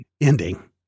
ending